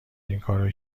اینکارو